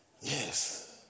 Yes